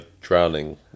drowning